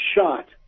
shot